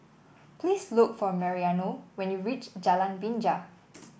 please look for Mariano when you reach Jalan Binja